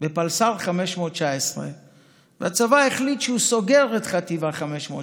בפלס"ר 519. הצבא החליט שהוא סוגר את חטיבה 519,